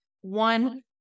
one